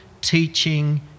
teaching